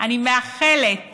אני מאחלת